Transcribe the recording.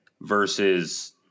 versus